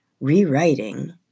rewriting